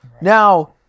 Now